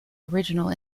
original